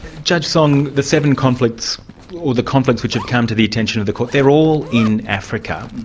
judge song, the seven conflicts, or the conflicts which have come to the attention of the court, they're all in africa.